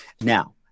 Now